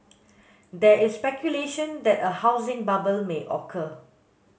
there is speculation that a housing bubble may occur